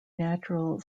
natural